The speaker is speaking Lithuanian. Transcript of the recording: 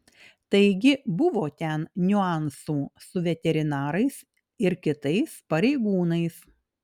taigi buvo ten niuansų su veterinarais ir kitais pareigūnais